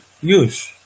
use